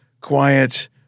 quiet